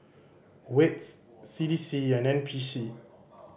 wits C D C and N P C